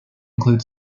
include